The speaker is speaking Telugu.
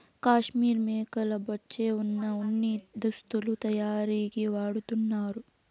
కాశ్మీర్ మేకల బొచ్చే వున ఉన్ని దుస్తులు తయారీకి వాడతన్నారు